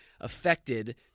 affected